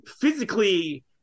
physically